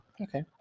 Okay